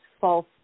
false